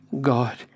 God